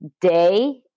day